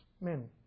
men